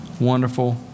wonderful